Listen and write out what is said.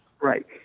Right